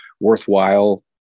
worthwhile